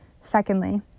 Secondly